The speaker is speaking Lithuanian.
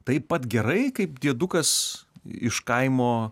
taip pat gerai kaip diedukas iš kaimo